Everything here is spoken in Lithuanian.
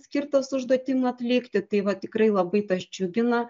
skirtas užduotim atlikti tai va tikrai labai tas džiugina